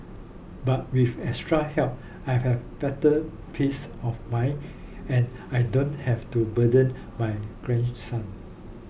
but with extra help I have better peace of mind and I don't have to burden my grandson